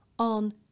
On